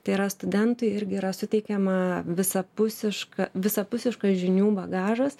tai yra studentui irgi yra suteikiama visapusiška visapusiškas žinių bagažas